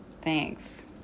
Thanks